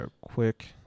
quick